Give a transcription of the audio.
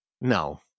No